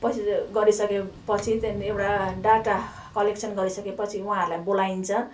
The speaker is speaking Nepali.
पछि चाहिँ त्यो गरिसकेपछि त्यहाँदेखि एउटा डाटा कलेक्सन गरिसकेपछि उहाँहरूलाई बोलाइन्छ